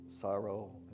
sorrow